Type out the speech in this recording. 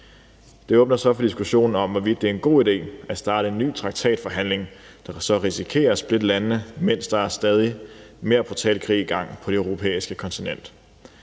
Det åbner så op for diskussionen om, hvorvidt det er en god idé at starte en ny traktatforhandling, der så risikerer at splitte landene, mens der er stadig mere brutal krig i gang på det europæiske kontinent.